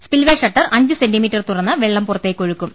spillway shutter അഞ്ച് centimetre തുറന്ന് വെള്ളം പുറത്തേക്കൊഴുക്കും